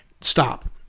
stop